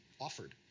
offered